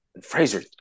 fraser